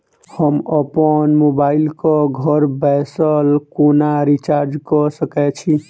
हम अप्पन मोबाइल कऽ घर बैसल कोना रिचार्ज कऽ सकय छी?